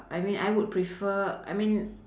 I mean I would prefer I mean